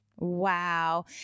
Wow